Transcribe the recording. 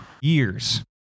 years